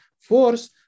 force